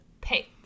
pay